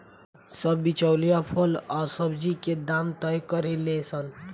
सब बिचौलिया फल आ सब्जी के दाम तय करेले सन